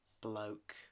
bloke